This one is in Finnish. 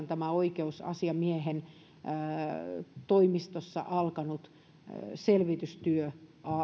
tämä oikeusasiamiehen toimistossa alkanut selvitystyö